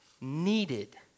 needed